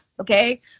Okay